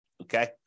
okay